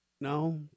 No